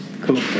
Cool